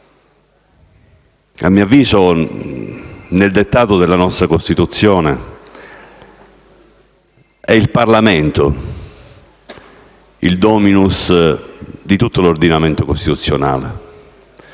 A mio avviso, nel dettato della nostra Costituzione è il Parlamento il *dominus* di tutto l'ordinamento costituzionale.